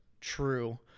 true